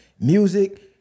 Music